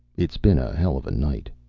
it's been a hell of a night!